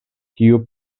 kiu